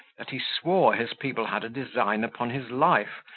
that he swore his people had a design upon his life,